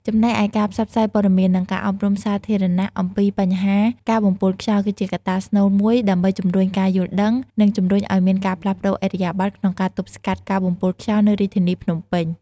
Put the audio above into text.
ចំណែកឯការផ្សព្វផ្សាយព័ត៌មាន និងការអប់រំសាធារណៈអំពីបញ្ហាការបំពុលខ្យល់ គឺជាកត្តាស្នូលមួយដើម្បីជំរុញការយល់ដឹង និងជំរុញឱ្យមានការផ្លាស់ប្តូរឥរិយាបថក្នុងការទប់ស្កាត់ការបំពុលខ្យល់នៅរាជធានីភ្នំពេញ។